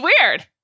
weird